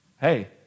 hey